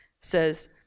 says